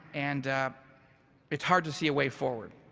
and it's hard to see a way forward.